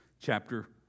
chapter